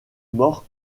mort